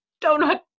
donut